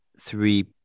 three